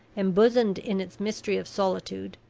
embosomed in its mystery of solitude,